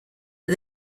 but